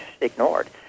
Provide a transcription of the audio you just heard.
ignored